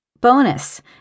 Bonus